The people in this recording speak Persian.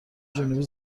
جنوبی